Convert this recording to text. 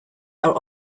are